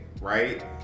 right